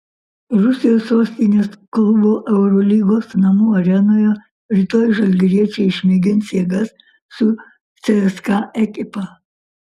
rusijos sostinės klubo eurolygos namų arenoje rytoj žalgiriečiai išmėgins jėgas su cska ekipa